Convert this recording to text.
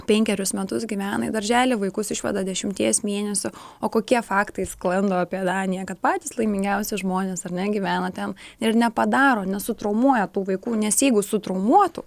penkerius metus gyvena į darželį vaikus išveda dešimties mėnesių o kokie faktai sklando apie daniją kad patys laimingiausi žmonės ar ne gyvena ten ir nepadaro nesutraumuoja tų vaikų nes jeigu su traumuotu